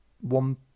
one